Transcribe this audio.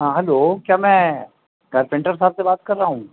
ہاں ہلو کیا میں کارپنٹر صاحب سے بات کر رہا ہوں